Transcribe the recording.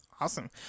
Awesome